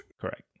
Correct